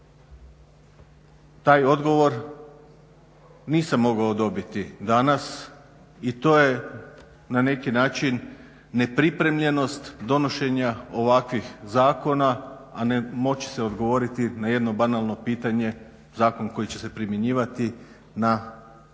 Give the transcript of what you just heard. Taj odgovor nisam mogao dobiti danas i to je na neki način nepripremljenost donošenja ovakvih zakona a ne moći se odgovoriti na jedno banalno pitanje, zakon koji će se primjenjivati na broj